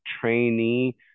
trainee